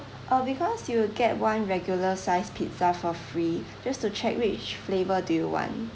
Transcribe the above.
uh because you'll get one regular size pizza for free just to check which flavour do you want